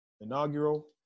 inaugural